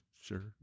sure